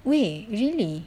wei really